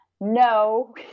No